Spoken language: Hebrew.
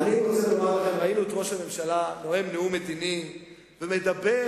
ראינו את ראש הממשלה נואם נאום מדיני ומדבר,